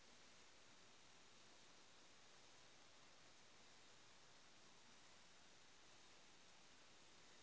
Loan लेल के केते दिन बाद भरे के होते?